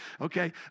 Okay